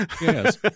Yes